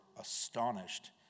astonished